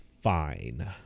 fine